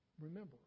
remember